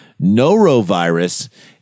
norovirus